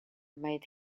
made